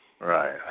Right